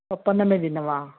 పప్పన్నమే తిన్నావా